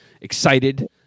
excited